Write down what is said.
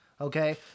Okay